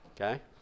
Okay